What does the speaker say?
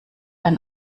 ein